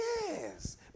Yes